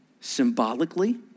symbolically